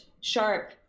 sharp